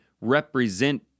represent